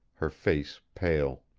her face pale.